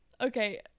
Okay